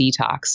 detox